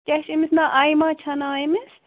کیاہ چھُ أمِس ناو آیمہ چھا ناو أمِس